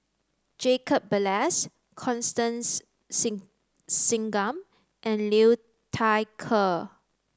Jacob Ballas Constance Singam and Liu Thai Ker